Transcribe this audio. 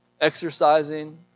exercising